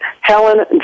Helen